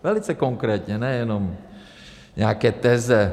Velice konkrétně, ne jenom nějaké teze.